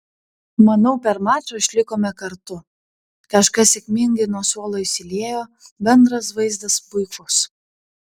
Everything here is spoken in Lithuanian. manau per mačą išlikome kartu kažkas sėkmingai nuo suolo įsiliejo bendras vaizdas puikus